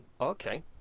Okay